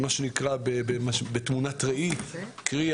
בתמונת ראי קרי,